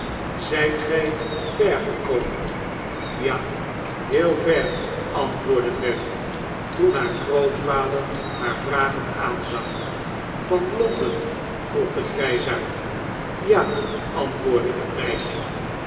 ver gekomen ja heel ver antwoordde nelly toen haar grootvader haar vragend aanzag van l on den vroeg de grijsaard ja antwoordde het meisje